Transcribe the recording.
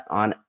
on